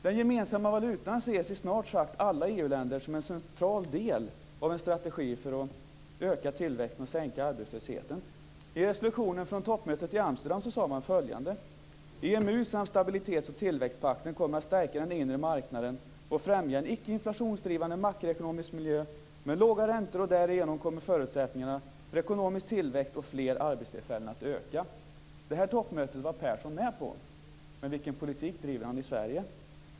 Den gemensamma valutan ses i snart sagt alla EU länder som en central del av en strategi för att öka tillväxten och sänka arbetslösheten. I resolutionen från toppmötet i Amsterdam sade man följande: "EMU samt stabilitets och tillväxtpakten kommer att stärka den inre marknaden och främja en ickeinflationsdrivande, makroekonomisk miljö med låga räntor, och därigenom kommer förutsättningarna för ekonomisk tillväxt och fler arbetstillfällen att öka." Det här toppmötet var Persson med på. Men vilken politik driver han i Sverige?